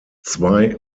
zwei